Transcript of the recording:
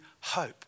hope